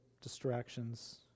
Distractions